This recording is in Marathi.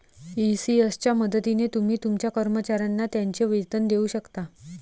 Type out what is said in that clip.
ई.सी.एस च्या मदतीने तुम्ही तुमच्या कर्मचाऱ्यांना त्यांचे वेतन देऊ शकता